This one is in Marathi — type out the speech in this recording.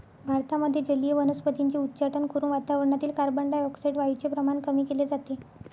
भारतामध्ये जलीय वनस्पतींचे उच्चाटन करून वातावरणातील कार्बनडाय ऑक्साईड वायूचे प्रमाण कमी केले जाते